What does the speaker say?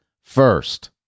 first